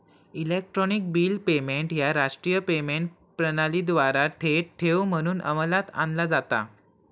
electronic bill payment ह्या राष्ट्रीय payment प्रणालीद्वारा थेट ठेव म्हणून अंमलात आणला जाता